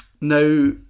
Now